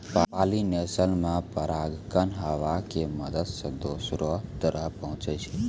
pollination मे परागकण हवा के मदत से दोसरो तक पहुचै छै